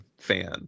fan